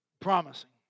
promising